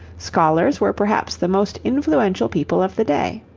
scholars were perhaps the most influential people of the day.